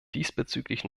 diesbezüglich